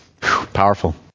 Powerful